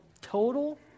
total